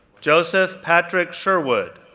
joseph patrick sherwood,